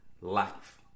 life